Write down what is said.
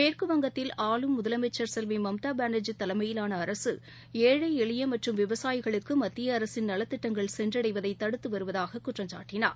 மேற்குவங்கத்தில் ஆளும் முதலமைச்சர் செல்வி மம்தா பானர்ஜி தலைமையிலான அரசு ஏழழ எளிய மற்றும் விவசாயிகளுக்கு மத்திய அரசின் நலத்திட்டங்கள் சென்றடைவதை தடுத்து வருவதாக குற்றம் சாட்டினார்